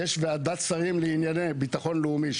יש ועדת שרים לענייני ביטחון לאומי,